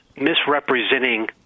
misrepresenting